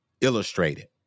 illustrated